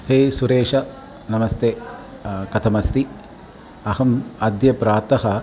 हे सुरेश नमस्ते कथम् अस्ति अहं अद्य प्रातः